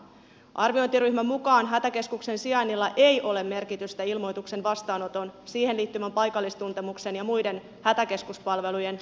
arviointiryhmän mukaan hätäkeskuksen sijainnilla ei ole merkitystä ilmoituksen vastaanoton siihen liittyvän paikallistuntemuksen ja muiden hätäkeskuspalvelujen antamisen kannalta